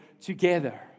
together